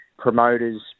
Promoters